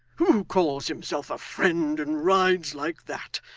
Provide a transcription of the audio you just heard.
who calls himself a friend and rides like that,